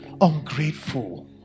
Ungrateful